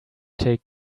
take